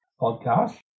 podcast